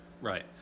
right